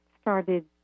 started